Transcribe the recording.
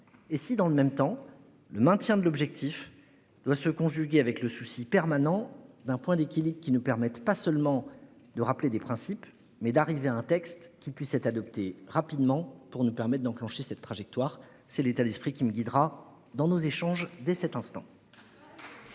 Et si dans le même temps, le maintien de l'objectif doit se conjuguer avec le souci permanent d'un point d'équilibre qui ne permettent pas seulement de rappeler des principes mais d'arriver à un texte qui puisse être adopté rapidement pour permettent d'enclencher cette trajectoire. C'est l'état d'esprit qui me guidera dans nos échanges. Dès cet instant.